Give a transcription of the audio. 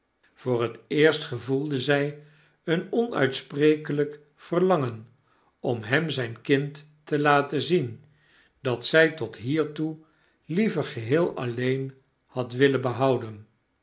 voor het eerst gevoelde zij een onuitsprekelgk verlangen om hem zgn kind te laten zien dat zg tot tiiertoe lie ver geheel alleen had willen behouden